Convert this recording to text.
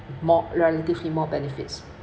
more relatively more benefits